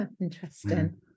Interesting